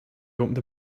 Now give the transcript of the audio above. opened